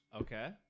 okay